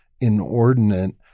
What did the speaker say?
inordinate